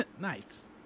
Nice